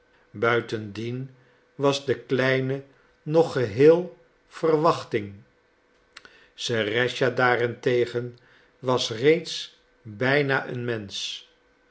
buitendien was de kleine nog geheel verwachting serëscha daarentegen was reeds bijna een mensch